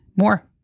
more